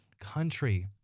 country